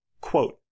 quote